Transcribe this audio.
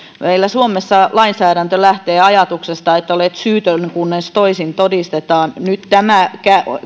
meillä suomessa lainsäädäntö lähtee ajatuksesta että olet syytön kunnes toisin todistetaan nyt tämä